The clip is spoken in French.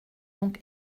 donc